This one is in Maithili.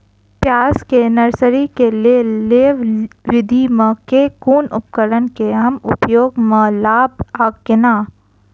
प्याज केँ नर्सरी केँ लेल लेव विधि म केँ कुन उपकरण केँ हम उपयोग म लाब आ केना?